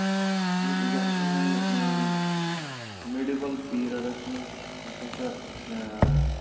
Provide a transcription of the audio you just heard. یُس یَتھ منٛز مِڈِبٕل پیٖرڈَس منٛز یُس ہَسا اۭں